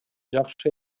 жакшы